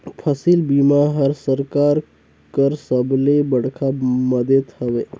फसिल बीमा हर सरकार कर सबले बड़खा मदेत हवे